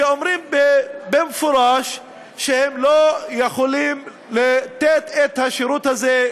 שאומרים במפורש שהם לא יכולים לתת את השירות הזה,